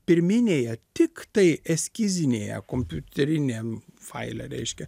pirminėje tik tai eskizinėje kompiuteriniam faile reiškia